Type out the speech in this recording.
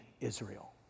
Israel